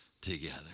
together